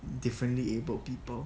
differently abled people